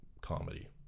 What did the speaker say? comedy